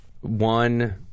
one